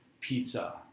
pizza